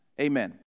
Amen